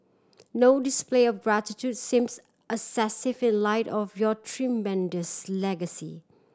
no display of gratitude seems excessive in light of your tremendous legacy